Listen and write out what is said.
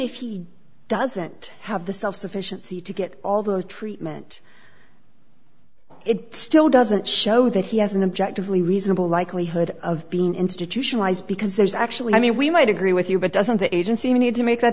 if he doesn't have the self sufficiency to get all the treatment it still doesn't show that he has an objective lee reasonable likelihood of being institutionalized because there's actually i mean we might agree with you but doesn't the agency need to make that